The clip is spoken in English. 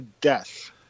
Death